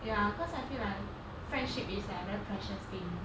ya cause I feel like friendship is like very precious thing